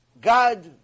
God